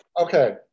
Okay